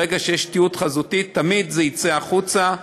ברגע שיש תיעוד חזותי, תמיד זה יצא החוצה,